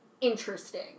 interesting